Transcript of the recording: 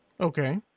Okay